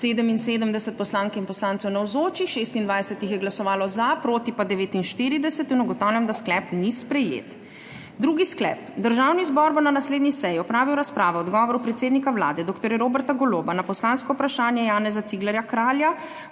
77 poslank in poslancev navzočih, 26 jih je glasovalo za, proti pa 49. (Za je glasovalo 26.) (Proti 49.) Ugotavljam, da sklep ni sprejet. Drugi sklep: Državni zbor bo na naslednji seji opravil razpravo o odgovoru predsednika Vlade dr. Roberta Goloba na poslansko vprašanje Janeza Ciglerja Kralja